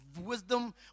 wisdom